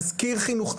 מזכיר חינוך,